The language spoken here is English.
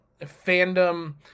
fandom